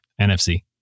NFC